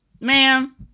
Ma'am